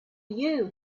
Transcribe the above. you